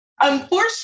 unfortunately